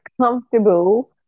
comfortable